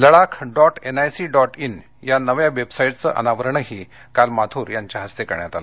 Ladakh dot NIC dot in या नव्या वेबसाईटचं अनावरणही काल माथूर यांच्या हस्ते करण्यात आलं